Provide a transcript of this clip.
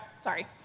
sorry